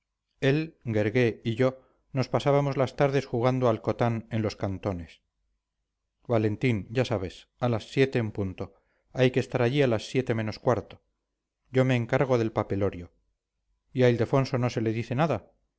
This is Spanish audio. él guergué y yo nos pasábamos las tardes jugando al cotán en los cantones valentín ya sabes a las siete en punto hay que estar allí a las siete menos cuarto yo me encargo del papelorio y a ildefonso no se le dice nada